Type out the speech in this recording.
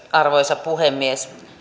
arvoisa puhemies